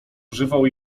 używał